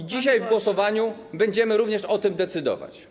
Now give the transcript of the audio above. I dzisiaj w głosowaniu będziemy również o tym decydować.